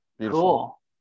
Cool